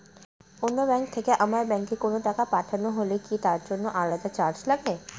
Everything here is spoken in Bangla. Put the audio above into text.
অন্য ব্যাংক থেকে আমার ব্যাংকে কোনো টাকা পাঠানো হলে কি তার জন্য আলাদা চার্জ লাগে?